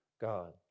God